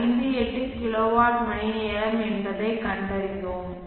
58 kilowatt மணிநேரம் என்பதைக் கண்டறிந்தோம்